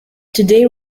today